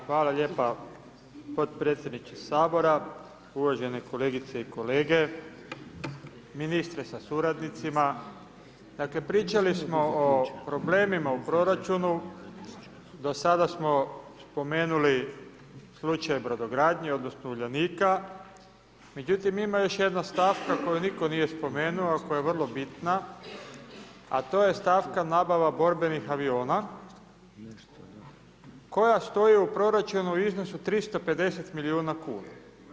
Hvala lijepa, podpredsjedniče sabora, uvažene kolegice i kolege, ministre sa suradnicima, dakle pričali smo o problemima u proračunu do sada smo spomenuli slučaj brodogradnje odnosno Uljanika, međutim ima još jedna stavka koju niko nije spomenuo a koja je vrlo bitna, a to je stavka nabava borbenih aviona koja stoji u proračunu u iznosu 350 milijuna kuna.